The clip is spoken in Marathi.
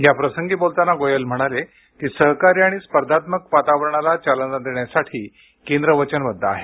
याप्रसंगी बोलताना गोयल म्हणाले की सहकारी आणि स्पर्धात्मक वातावरणाला चालना देण्यासाठी केंद्र वचनबद्ध आहे